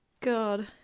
God